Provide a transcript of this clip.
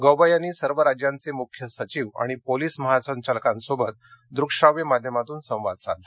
गौबा यांनी सर्व राज्यांचे मुख्य सचिव आणि पोलीस महासंचालकांशी दृकश्राव्य माध्यमातून संवाद साधला